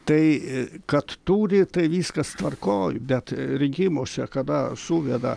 tai kad turi tai viskas tvarkoj bet rinkimuose kada suveda